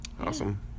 awesome